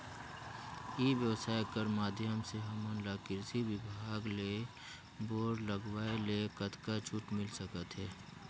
ई व्यवसाय कर माध्यम से हमन ला कृषि विभाग ले बोर लगवाए ले कतका छूट मिल सकत हे?